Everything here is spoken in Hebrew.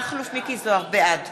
בעד